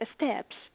steps